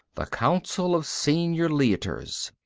the council of senior leiters,